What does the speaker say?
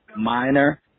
minor